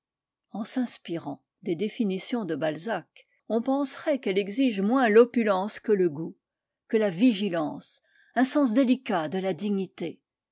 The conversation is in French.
en s'inspirant des définitions de balzac on penserait qu'elle exige moins l'opulence que le goût que la vigilance un sens délicat de la dignité